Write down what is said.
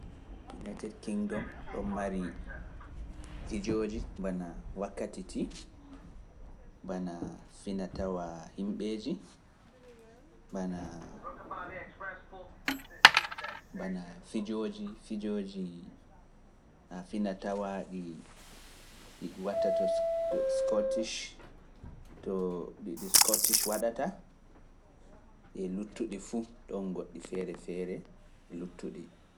United kingdom ɗo mari fijooji, bana wakkati tii, bana finatawa himɓeeji, bana fijooji, fijooji finatawa ɗi watta to Scottish, to ɗiɗi Scottish waɗata, e e luttuɗi fu ɗon goɗɗi feere feere luttuɗi.